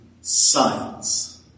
science